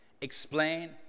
explain